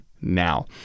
now